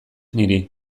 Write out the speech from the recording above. niri